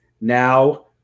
now